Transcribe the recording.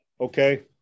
okay